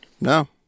No